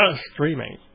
streaming